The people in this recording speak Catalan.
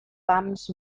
pams